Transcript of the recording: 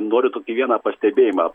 noriu tokį vieną pastebėjimą